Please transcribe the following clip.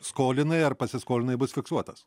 skolinai ar pasiskolinai bus fiksuotas